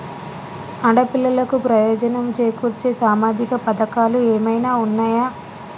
ఆడపిల్లలకు ప్రయోజనం చేకూర్చే సామాజిక పథకాలు ఏమైనా ఉన్నయా?